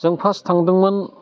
जों फार्स्ट थांदोंमोन